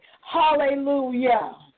Hallelujah